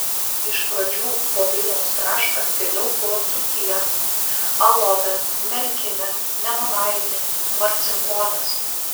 iš pradžių po vilniaus kraštą vėliau po dzūkiją alovę merkinę nemunaitį marcinkonis